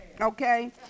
Okay